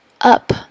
Up